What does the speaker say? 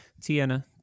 Tiana